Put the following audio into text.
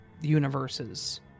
universes